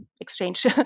exchange